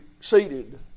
seated